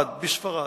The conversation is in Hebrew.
אחד, בספרד.